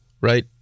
right